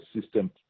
system